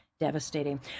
devastating